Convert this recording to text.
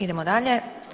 Idemo dalje.